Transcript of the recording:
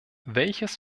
welches